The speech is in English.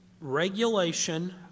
regulation